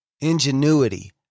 ingenuity